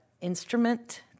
instrument